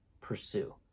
pursue